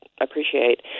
appreciate